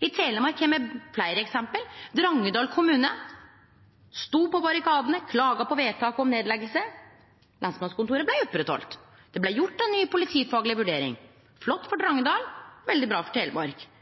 I Telemark har me fleire eksempel: Drangedal kommune stod på barrikadane, klaga på vedtaket om nedlegging, og lensmannskontoret blei oppretthalde. Det blei gjort ei ny politifagleg vurdering. Flott for Drangedal og veldig bra for Telemark.